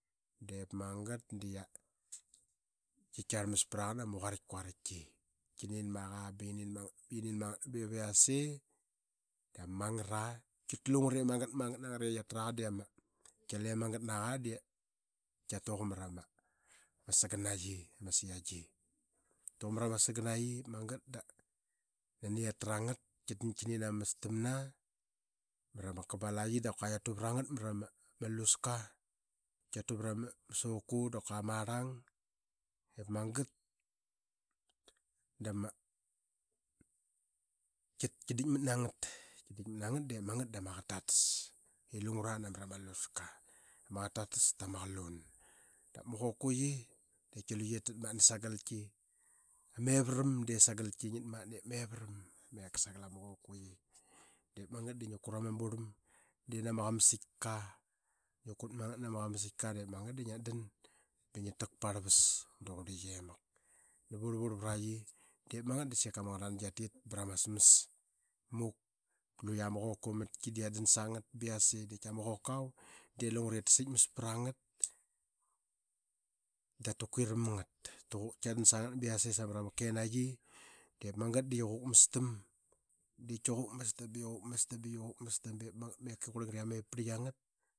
De magat da qia tkiarl mas praqa nama quaraitkautiki, qi nin maqa ba qinin mangat, ba qi nin mangat bevi yase dama magra. Qi tlu lungre magat magat nangat da qiatraqa de qali magat naqa da qiatu qa mrama saganaqi ama siangi. Qi atu qa mrama saganaqi de magat da nani qiatra ngat da qinin ama mastam na mrama kabalaqi da qua qi atu vrang at mrama luska. Qi atu vrama soku da kua ama rlang mrama luska. Qi atu vrama soku da kua ama rlang de magat dama, qi ditk mat nangat, qi ditk mat mangat dama qaqat tatas. I lungra namram luska ip ma qaqat tatas tama qalun. D ap ma qokuqi, da qaitki luge tatmatna sagal tki. Ama ivram de sagal tki i ngit matns ip me vram meka sagasl ama qokuqi. Dep magat da ngi kurama burlam de nama qamasitka. Ngi kut mangat nama qamasaitka de magat da ngi at dan ba ngi tak parvas da qurli qi imak da vurl vurl vraqi. Diip mangat da sika ma ngrnangi qiati bra ma smas smuk pat luqia ama qoka matki da qi at dan sngat ba yase de qaitki delungre ta sitmas prangat da ta kuram ngat. Qi atdan sangt ba yase samrama kenaqi de magat da qi quk mastam de tki quk mastam ba qi quk mastam ba qi quk mastam ba nagat da qurlingre ama iprlait angat